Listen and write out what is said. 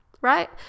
right